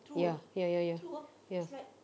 ya ya ya ya ya